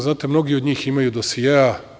Znate, mnogi od njih imaju dosijea.